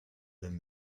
than